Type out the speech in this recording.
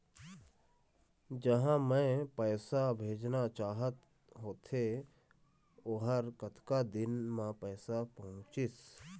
जहां मैं पैसा भेजना चाहत होथे ओहर कतका दिन मा पैसा पहुंचिस?